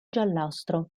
giallastro